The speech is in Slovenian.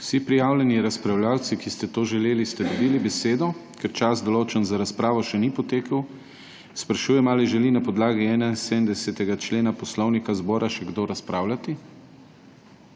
Vsi prijavljeni razpravljavci, ki ste to želeli, ste dobili besedo. Ker čas, določen za razpravo, še ni potekel, sprašujem, ali želi na podlagi 71. člena Poslovnika še kdo razpravljati?